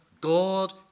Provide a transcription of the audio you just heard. God